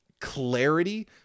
clarity